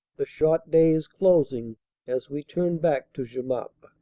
the short day is closing as we turn back to jemappes.